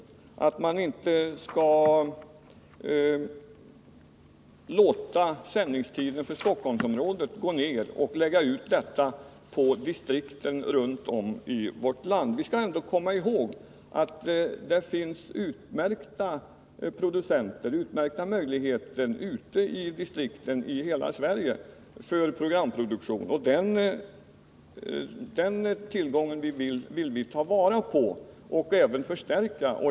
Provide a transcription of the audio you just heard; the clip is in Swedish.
Man skall inte låta sändningstiden från Stockholmsområdet gå ner och lägga ut motsvarande sändningstid på distrikten runt om i vårt land. Vi måste ändå komma ihåg att det finns utmärkta producenter och utmärkta möjligheter ute i distrikten i hela Sverige för programproduktion. Den tillgången vill vi ta vara på och även förstärka.